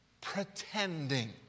pretending